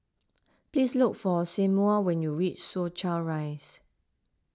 please look for Seymour when you reach Soo Chow Rise